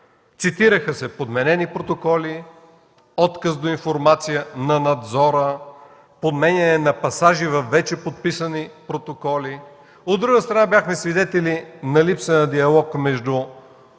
Цитираха са подменени протоколи, отказ за информация на Надзора, подменяне на пасажи на вече подписани протоколи, а от друга страна бяхме свидетели на липсата на диалог между